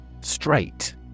Straight